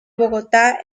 bogotá